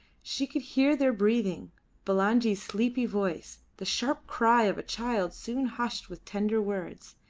she could hear their breathing bulangi's sleepy voice the sharp cry of a child soon hushed with tender words.